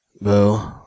Bo